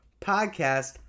podcast